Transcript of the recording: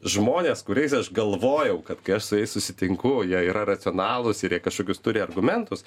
žmonės kuriais aš galvojau kad kai aš su jais susitinku jie yra racionalūs ir jie kažkokius turi argumentus